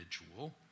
individual